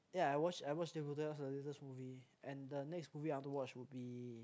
ya I watch I watch Deadpool two that was the latest movie and the next movie I want to watch will be